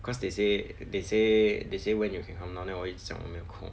cause they say they say they say when you can come down then 我一直讲我没有空